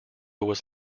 was